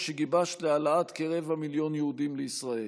שגיבשת להעלאת כרבע מיליון יהודים לישראל.